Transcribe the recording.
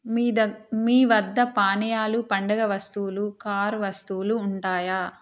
మీ దగ్ మీ వద్ద పానీయాలు పండుగ వస్తువులు కార్ వస్తువులు ఉంటాయా